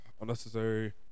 unnecessary